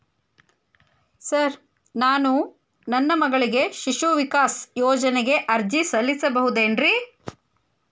Sir ನಾನು ನನ್ನ ಮಗಳಿಗೆ ಶಿಶು ವಿಕಾಸ್ ಯೋಜನೆಗೆ ಅರ್ಜಿ ಸಲ್ಲಿಸಬಹುದೇನ್ರಿ?